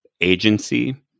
agency